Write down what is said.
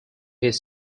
his